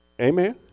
Amen